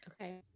Okay